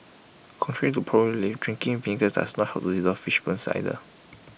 contrary to popular belief drinking vinegar does not help to dissolve fish bones either